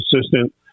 assistant